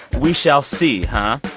we shall see, huh?